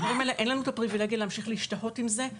אין לנו את הפריווילגיה להמשיך ולהשתהות עם זה,